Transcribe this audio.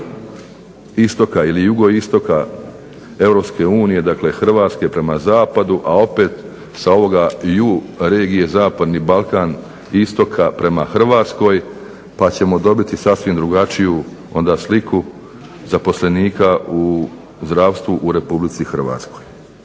istoka ili jugoistoka Europske unije, dakle Hrvatske prema zapadu, a opet sa ovoga EU regije Zapadni Balkan, istoka prema Hrvatskoj pa ćemo dobiti sasvim drugačiju sliku zaposlenika u zdravstvu u Republici Hrvatskoj.